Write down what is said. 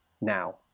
now